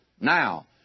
Now